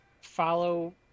follow